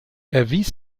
erwies